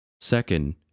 Second